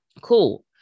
Cool